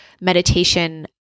meditation